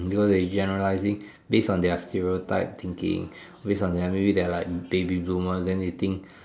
because they generalizing based on their stereotype thinking based on their maybe they are like baby bloomers then they think